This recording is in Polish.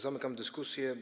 Zamykam dyskusję.